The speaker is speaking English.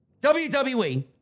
WWE